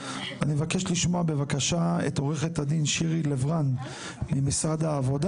אני מבקש לשמוע בבקשה את עורכת הדין שירי לב רן ממשרד העבודה.